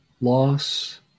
loss